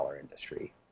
industry